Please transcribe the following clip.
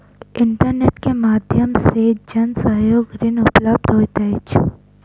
internet के माध्यम से जन सहयोग ऋण उपलब्ध होइत अछि